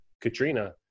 Katrina